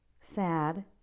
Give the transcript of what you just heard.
sad